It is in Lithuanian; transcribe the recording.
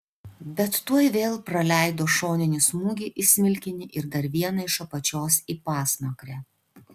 bet tuoj vėl praleido šoninį smūgį į smilkinį ir dar vieną iš apačios į pasmakrę